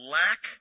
lack